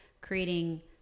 creating